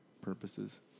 purposes